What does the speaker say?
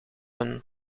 een